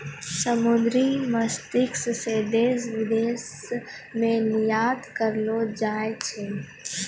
समुन्द्री मत्स्यिकी से देश विदेश मे निरयात करलो जाय छै